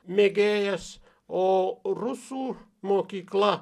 mėgėjas o rusų mokykla